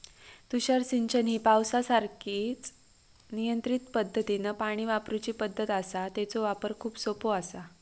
तुषार सिंचन ही पावसासारखीच नियंत्रित पद्धतीनं पाणी वापरूची पद्धत आसा, तेचो वापर खूप सोपो आसा